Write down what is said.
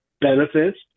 benefits